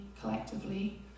collectively